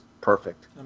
perfect